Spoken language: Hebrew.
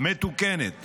מתוקנת